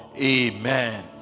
amen